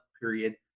period